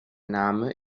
name